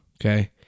okay